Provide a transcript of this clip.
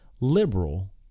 liberal